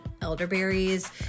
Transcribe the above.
elderberries